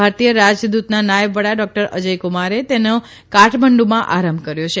ભારતીય રાજદુતના નાયબ વડા ડોકટર અજય કુમારે તેનો કાઠમંડુમાં આરંભ કર્યો છે